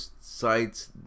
sites